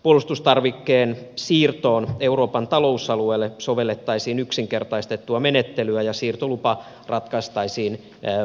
puolustustarvikkeen siirtoon euroopan talousalueelle sovellettaisiin yksinkertaistettua menettelyä ja siirtolupa ratkaistaisiin puolustusministeriössä